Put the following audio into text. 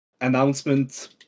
announcement